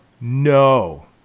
no